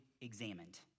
examined